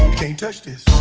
can't touch this